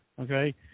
okay